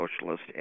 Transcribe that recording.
socialist